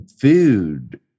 food